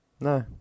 No